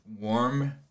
warm